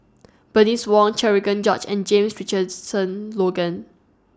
Bernice Wong Cherian George and James Richardson Logan